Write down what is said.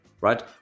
right